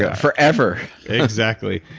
yeah forever. exactly.